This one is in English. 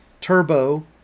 turbo